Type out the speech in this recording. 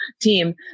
team